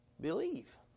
Believe